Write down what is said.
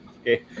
Okay